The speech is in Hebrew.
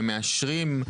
הם מאשרים?